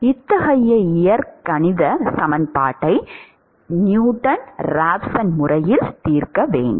இத்தகைய இயற்கணித சமன்பாட்டை நியூட்டன் ராப்சன் முறையில் தீர்க வேண்டும்